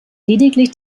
lediglich